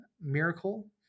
miracle